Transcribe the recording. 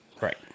Right